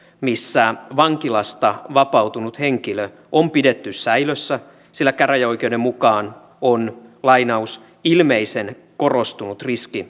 missä vankilasta vapautunut henkilö on pidetty säilössä sillä käräjäoikeuden mukaan on ilmeisen korostunut riski